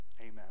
Amen